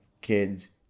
kids